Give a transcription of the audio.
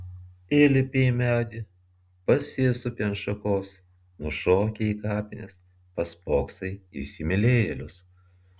įlipi į medį pasisupi ant šakos nušoki į kapines paspoksai į įsimylėjėlius